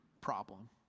problem